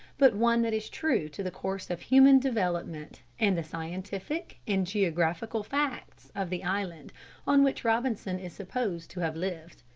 but one that is true to the course of human development and the scientific and geographical facts of the island on which robinson is supposed to have lived.